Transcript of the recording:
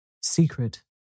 secret